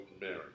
Mary